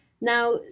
Now